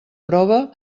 prova